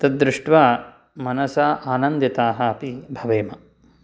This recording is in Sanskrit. तद्दृष्ट्वा मनसा आनन्दिताः अपि भवेम